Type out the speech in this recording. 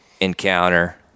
encounter